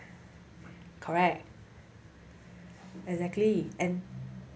correct exactly and